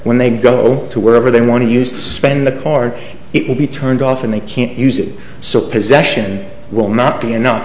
when they go to wherever they want to use to spend the court it would be turned off and they can't use it so possession will not be enough